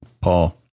Paul